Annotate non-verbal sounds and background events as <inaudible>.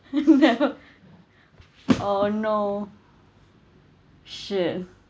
<laughs> never <breath> oh no shit